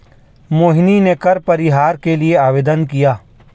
मोहिनी ने कर परिहार के लिए आवेदन किया